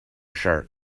shark